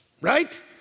right